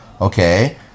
Okay